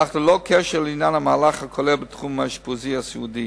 אף ללא קשר לעניין המהלך הכולל בתחום האשפוז הסיעודי.